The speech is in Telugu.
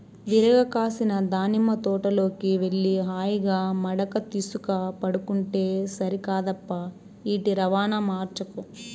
విరగ కాసిన దానిమ్మ తోటలోకి వెళ్లి హాయిగా మడక తీసుక పండుకుంటే సరికాదప్పా ఈటి రవాణా మార్చకు